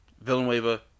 Villanueva